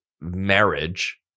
marriage